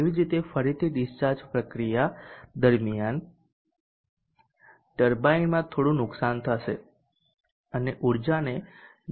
તેવી જ રીતે ફરીથી ડિસ્ચાર્જ પ્રક્રિયા દરમિયાન ટર્બાઇનમાં થોડું નુકસાન થશે અને ઊર્જાને ડી